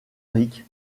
rick